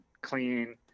clean